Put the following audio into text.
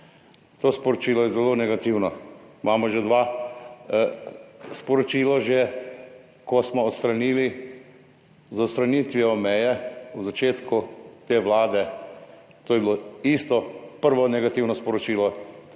To sporočilo je zelo negativno. Imamo že sporočilo, ko smo odstranili z odstranitvijo meje v začetku te Vlade, to je bilo isto, prvo negativno sporočilo.